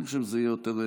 אני חושב שזה יותר נכון.